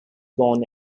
born